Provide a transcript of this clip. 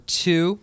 two